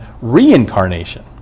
reincarnation